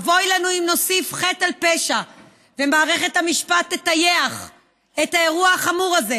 אבוי לנו אם נוסיף חטא על פשע ומערכת המשפט תטייח את האירוע החמור הזה,